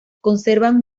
conservan